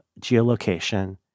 geolocation